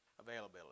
availability